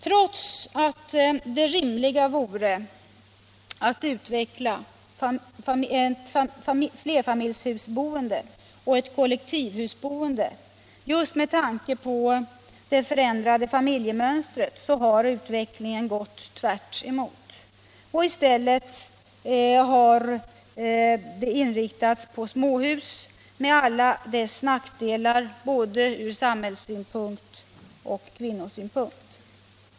Trots att det rimliga vore att utveckla flerfamiljshusboendet och kollektivhusboendet med tanke på det förändrade familjemönstret så har utvecklingen gått tvärtemot, och bostadsbyggandet har i stället inriktats på småhus med alla deras nackdelar från både samhällsoch kvinnosynpunkt.